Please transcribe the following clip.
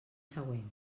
següent